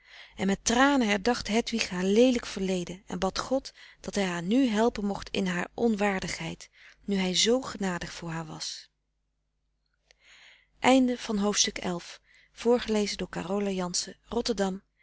en met tranen herdacht hedwig haar leelijk verleden en bad god dat hij haar nu helpen mocht in haar onwaardigheid nu hij zoo genadig voor haar was